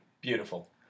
Beautiful